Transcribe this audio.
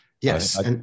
Yes